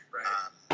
Right